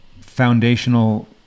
foundational